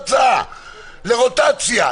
הצעה לרוטציה,